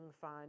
fun